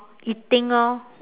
eating orh